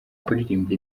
kuririmba